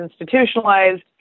institutionalized